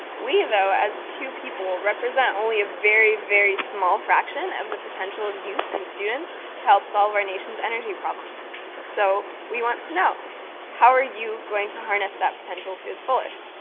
we, though, as two people represent only a very, very small fraction of the potential of youth and students to help solve our nation's energy problems so we want to know how are you going to harness that potential to its fullest?